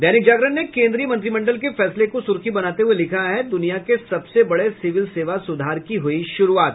दैनिक जागरण ने केन्द्रीय मंत्रिमंडल के फैसले को सुर्खी बनाते हुए लिखा है दुनिया के सबसे बड़े सिविल सेवा सुधार की हुई शुरूआत